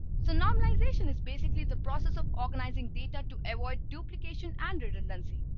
so normalization is basically the process of organizing data to avoid duplication and redundancy.